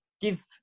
give